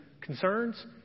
concerns